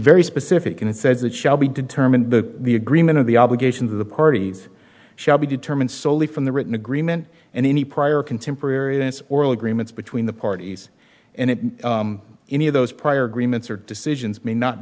very specific and says it shall be determined the agreement of the obligations of the parties shall be determined solely from the written agreement and any prior contemporary dance oral agreements between the parties and if any of those prior agreements are decisions may not